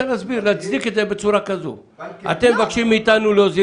כמה מיליארדים אתם מרוויחים?